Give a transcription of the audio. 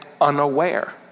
unaware